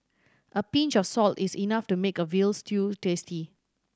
a pinch of salt is enough to make a veal stew tasty